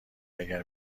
اگر